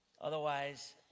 Otherwise